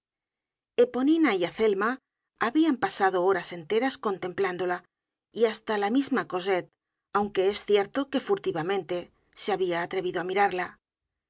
hija eponina y azelma habian pasado horas enteras contemplándola y hasta la misma cosette aunque es cierto que furtivamente se habia atrevido á mirarla